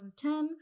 2010